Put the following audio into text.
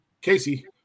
Casey